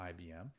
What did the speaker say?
IBM